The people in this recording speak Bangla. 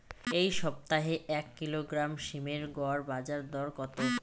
এই সপ্তাহে এক কিলোগ্রাম সীম এর গড় বাজার দর কত?